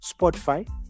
Spotify